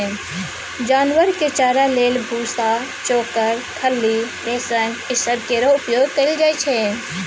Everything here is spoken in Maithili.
जानवर के चारा लेल भुस्सा, चोकर, खल्ली, बेसन ई सब केर उपयोग कएल जाइ छै